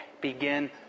begin